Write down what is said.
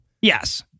Yes